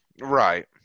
Right